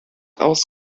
aus